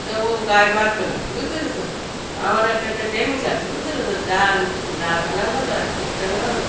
তো ও গায়ে বাঁধবে না বুঝতে পেরেছ আমার একটা একটা টেকনিক আছে বুঝতে পেরেছ জাল জাল টানি ভালো আর ছিপ টানায় ভালো